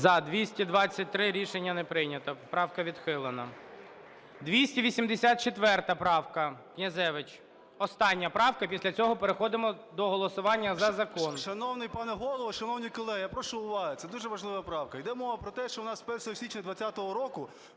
За-223 Рішення не прийнято. Правка відхилена. 284 правка, Князевич. Остання правка, після цього переходимо до голосування за закон. 12:42:56 КНЯЗЕВИЧ Р.П. Шановний пане Голово, шановні колеги, я прошу уваги! Це дуже важлива правка. Іде мова про те, що у нас з 1 січня 20-го року